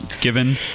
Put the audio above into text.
given